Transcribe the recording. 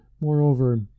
moreover